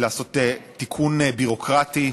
לעשות תיקון ביורוקרטי.